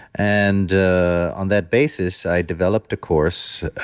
and on that basis, i developed a course,